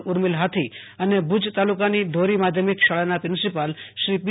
ઊર્મિલ હાથી અને ભુજ તાલુકાની ઢોરી માધ્યમિક શાળાના પ્રિન્સીપાલ શ્રી પી